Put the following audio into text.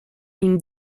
une